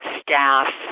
staff